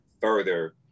further